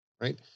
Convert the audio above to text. right